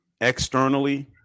externally